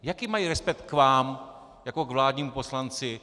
Jaký mají respekt k vám jako k vládnímu poslanci?